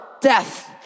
death